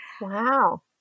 Wow